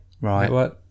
Right